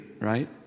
right